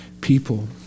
people